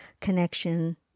connection